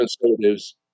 conservatives